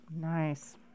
nice